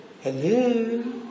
Hello